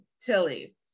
Tilly